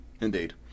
Indeed